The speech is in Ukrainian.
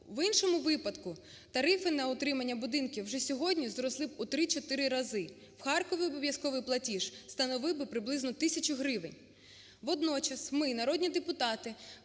в іншому випадку тарифи на утримання будинків вже сьогодні зросли б у три, чотири рази, в Харкові обов'язковий платіж становив би приблизно тисячу гривень. Водночас ми, народні депутати,